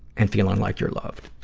and feeling like you're loved.